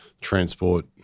transport